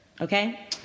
okay